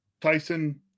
Tyson